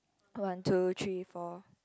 one two three four